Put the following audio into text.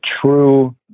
true